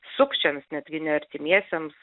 sukčiams netgi ne artimiesiems